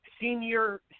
senior